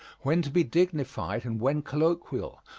when to be dignified and when colloquial,